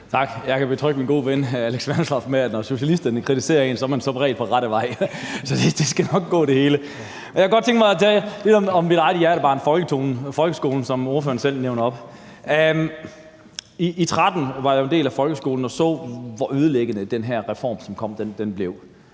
Tak. Jeg kan betrygge min gode ven hr. Alex Vanopslagh og sige , at når socialisterne kritiserer en, er man som regel på rette vej. Så det skal nok gå det hele. Jeg kunne godt tænke mig at tale lidt om mit eget hjertebarn, nemlig folkeskolen, som ordføreren selv nævner. I 2013 var jeg jo en del af folkeskolen og så, hvor ødelæggende den her reform, som kom, blev.